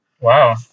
wow